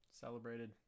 celebrated